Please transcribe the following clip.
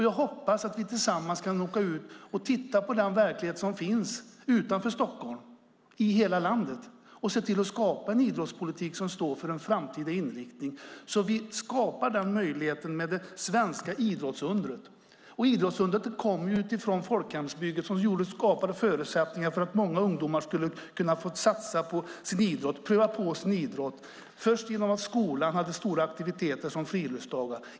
Jag hoppas att vi tillsammans kan åka ut och titta på den verklighet som finns utanför Stockholm, i hela landet, och att vi kan skapa en idrottspolitik som står för den framtida inriktningen, kan skapa möjligheter för det svenska idrottsundret. Idrottsundret kom från folkhemsbygget som skapade förutsättningar för många ungdomar att satsa på, pröva på, sin idrott genom att skolan hade många aktiviteter, såsom friluftsdagar.